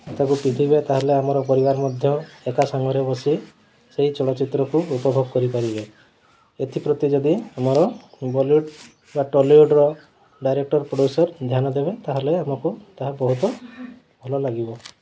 ତାକୁ ପିନ୍ଧିବେ ତା'ହେଲେ ଆମର ପରିବାର ମଧ୍ୟ ଏକା ସାଙ୍ଗରେ ବସି ସେହି ଚଳଚ୍ଚିତ୍ରକୁ ଉପଭୋଗ କରିପାରିବେ ଏଥିପ୍ରତି ଯଦି ଆମର ବଲିଉଡ଼୍ ବା ଟଲିଉଡ଼୍ର ଡାଇରେକ୍ଟର୍ ପ୍ରଡ଼୍ୟୁସର୍ ଧ୍ୟାନ ଦେବେ ତା'ହେଲେ ଆମକୁ ତାହା ବହୁତ ଭଲ ଲାଗିବ